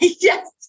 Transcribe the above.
yes